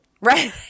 Right